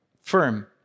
firm